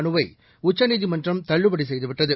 மனுவை உச்சநீதிமன்றம் தள்ளுபடி செய்துவிட்டது